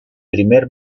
primer